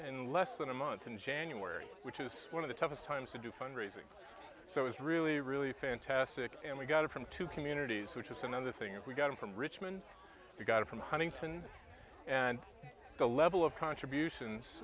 in less than a month in january which is one of the toughest times to do fundraising so it was really really fantastic and we got it from two communities which is another thing that we've gotten from richmond we got from huntington and the level of contributions